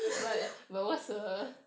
that's why what what's uh